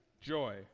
joy